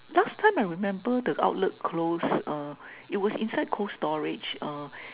last time I remember the outlet close uh it was inside Cold storage uh